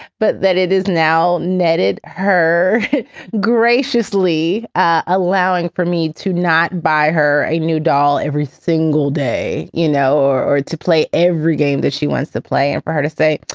but it is now netted her graciously allowing for me to not buy her a new doll every single day, you know, or or to play every game that she wants to play and for her to say,